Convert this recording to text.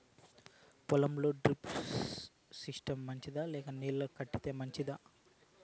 పొలం లో drip system మంచిదా లేదా నీళ్లు కట్టేది మంచిదా?